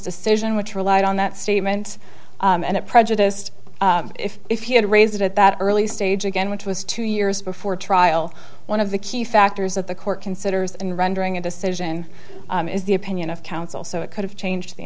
decision which relied on that statement and it prejudiced if he had raised it at that early stage again which was two years before trial one of the key factors that the court considers and rendering a decision is the opinion of counsel so it could have changed the